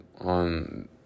on